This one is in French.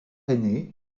aîné